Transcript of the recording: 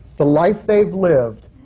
the life they've lived,